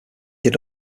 did